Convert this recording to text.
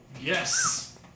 Yes